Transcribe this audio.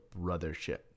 brothership